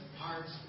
parts